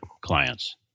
clients